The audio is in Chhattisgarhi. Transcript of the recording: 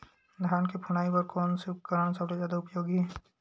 धान के फुनाई बर कोन से उपकरण सबले जादा उपयोगी हे?